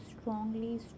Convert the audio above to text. strongly